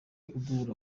uduha